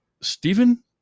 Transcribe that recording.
stephen